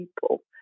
people